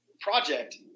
project